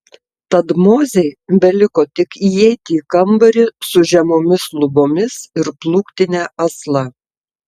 tad mozei beliko tik įeiti į kambarį su žemomis lubomis ir plūktine asla